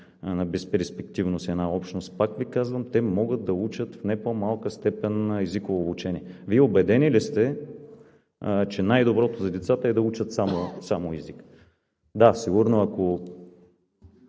на безперспективност една общност. Пак Ви казвам, те могат да учат в не по-малка степен езиково обучение. Вие убедени ли сте, че най-доброто за децата е да учат само език? Да, сигурно, ако